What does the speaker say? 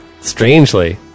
Strangely